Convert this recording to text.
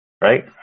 right